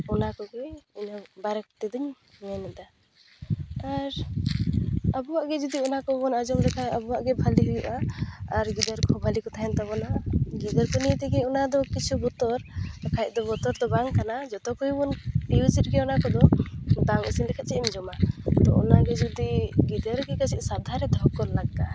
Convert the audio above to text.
ᱚᱱᱟ ᱠᱚᱜᱮ ᱤᱱᱟᱹ ᱵᱟᱨᱮ ᱛᱮᱫᱚᱧ ᱢᱮᱱᱮᱫᱟ ᱟᱨ ᱟᱵᱚᱣᱟᱜ ᱜᱮ ᱡᱩᱫᱤ ᱚᱱᱟ ᱠᱚᱵᱚᱱ ᱟᱸᱡᱚᱢ ᱞᱮᱠᱷᱟᱡ ᱟᱵᱚᱣᱟᱜ ᱜᱮ ᱵᱷᱟᱞᱮ ᱦᱩᱭᱩᱜᱼᱟ ᱟᱨ ᱜᱤᱫᱟᱹᱨ ᱠᱚ ᱵᱷᱟᱞᱮ ᱠᱚ ᱛᱟᱦᱮᱱ ᱛᱟᱵᱚᱱᱟ ᱜᱤᱫᱟᱹᱨ ᱠᱚ ᱱᱤᱭᱮ ᱛᱮᱜᱮ ᱚᱱᱟ ᱫᱚ ᱠᱤᱪᱷᱩ ᱵᱚᱛᱚᱨ ᱵᱟᱠᱷᱟᱡ ᱫᱚ ᱵᱚᱛᱚᱨ ᱫᱚ ᱵᱟᱝ ᱠᱟᱱᱟ ᱡᱚᱛᱚ ᱠᱚᱜᱮ ᱵᱚᱱ ᱤᱭᱩᱡᱮᱫ ᱜᱮᱭᱟ ᱚᱱᱟ ᱠᱚᱫᱚ ᱵᱟᱝ ᱤᱥᱤᱱ ᱞᱮᱠᱷᱟᱡ ᱪᱮᱫ ᱮᱢ ᱡᱚᱢᱟ ᱛᱚ ᱚᱱᱟ ᱡᱩᱫᱤ ᱜᱤᱫᱟᱹᱨ ᱜᱮ ᱠᱟᱹᱴᱤᱡ ᱥᱟᱵᱫᱷᱟᱱ ᱨᱮ ᱫᱚ ᱠᱚ ᱞᱟᱜᱟᱜᱼᱟ